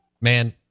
man